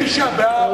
בתשעה באב.